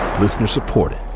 Listener-supported